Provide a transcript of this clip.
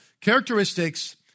characteristics